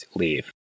leave